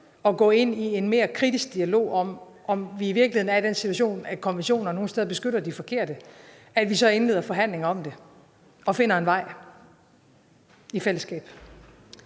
at gå ind i en mere kritisk dialog om, om vi i virkeligheden er i den situation, at konventioner nogle steder beskytter de forkerte, så indleder forhandlinger om det og finder en vej. Kl.